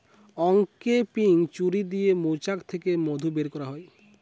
uncapping ছুরি দিয়ে মৌচাক থিকে মধু বের কোরা হয়